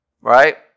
right